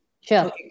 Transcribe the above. Sure